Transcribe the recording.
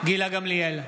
גילה גמליאל,